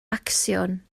acsiwn